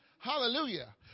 Hallelujah